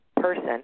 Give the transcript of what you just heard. person